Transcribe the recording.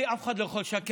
לי אף אחד לא יכול לשקר.